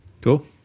Cool